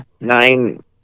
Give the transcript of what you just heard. nine